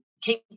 keep